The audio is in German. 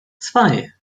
zwei